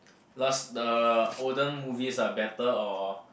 last the olden movies are better or